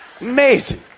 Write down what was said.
Amazing